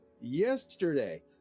yesterday